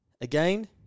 again